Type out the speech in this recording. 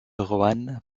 roanne